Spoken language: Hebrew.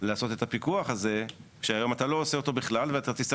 לעשות את הפיקוח הזה כשהיום אתה לא עושה אותו בכלל ואתה תצטרך